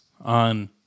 on